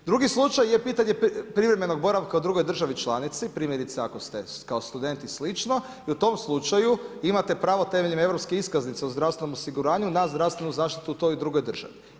Drugi slučaj je pitanje privremenog boravka u drugoj državi članici, primjerice ako ste kao student i slično i u tom slučaju imate pravo temeljem europske iskaznice o zdravstvenom osiguranju na zdravstvenu zaštitu u toj drugoj državi.